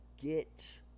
get